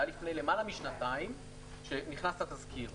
זה היה לפני למעלה משנתיים כשנכנס התזכיר.